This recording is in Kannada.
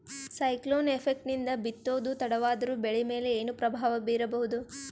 ಸೈಕ್ಲೋನ್ ಎಫೆಕ್ಟ್ ನಿಂದ ಬಿತ್ತೋದು ತಡವಾದರೂ ಬೆಳಿ ಮೇಲೆ ಏನು ಪ್ರಭಾವ ಬೀರಬಹುದು?